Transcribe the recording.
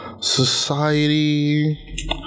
society